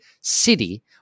city